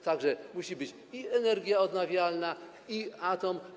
Tak że muszą być i energia odnawialna, i atom.